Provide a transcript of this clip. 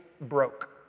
broke